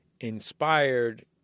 inspired